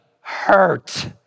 hurt